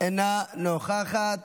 אינה נוכחת,